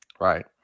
Right